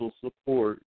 support